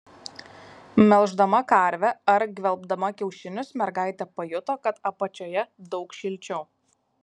melždama karvę ar gvelbdama kiaušinius mergaitė pajuto kad apačioje daug šilčiau